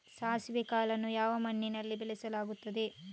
ಸಾಸಿವೆ ಕಾಳನ್ನು ಯಾವ ಮಣ್ಣಿನಲ್ಲಿ ಬೆಳೆಸಲಾಗುತ್ತದೆ?